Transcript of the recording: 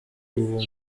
uwo